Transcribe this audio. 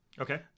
okay